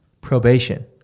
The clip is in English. Probation